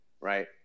right